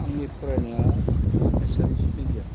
आंनि फरायनाया एसामिस मेडियाम